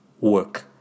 work